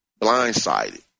blindsided